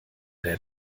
der